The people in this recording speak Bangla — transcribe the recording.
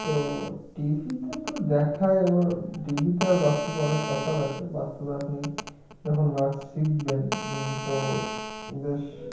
তো টি ভিতে তো দেখায় আবার টি ভিতে আর বাস্তবে অনেক তফাৎ আছে বাস্তবে আপনি যখন নাচ শিখবেন তো বেশ